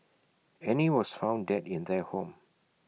Annie was found dead in their home